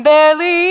Barely